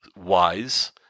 wise